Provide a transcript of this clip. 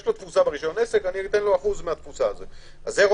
יש לו